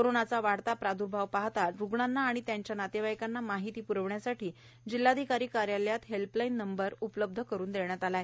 कोरोनाचा वाढता प्रादर्भाव पाहता रुग्णांना व त्यांच्या नातेवाईकांना माहिती प्रविण्यासाठी जिल्हाधिकारी कार्यालयात हेल्पलाईन नंबर उपलब्ध करून देण्यात आला आहे